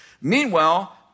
Meanwhile